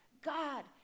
God